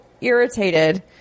irritated